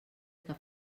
que